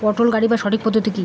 পটল গারিবার সঠিক পদ্ধতি কি?